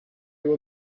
were